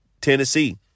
Tennessee